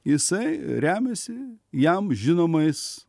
jisai remiasi jam žinomais